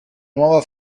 nuova